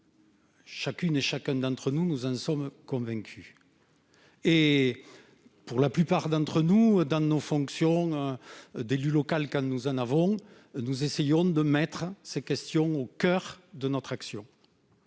Chacune et chacun, ici, en est convaincu. Pour la plupart d'entre nous, dans nos fonctions d'élu local, quand nous en avons, nous essayons de mettre ces questions au coeur de notre action.